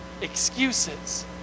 excuses